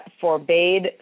forbade